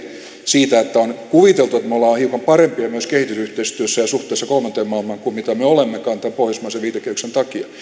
siitä että on kuviteltu että me olemme hiukan parempia myös kehitysyhteistyössä ja suhteessa kolmanteen maailmaan kuin me olemmekaan tämän pohjoismaisen viitekehyksen takia